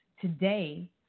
today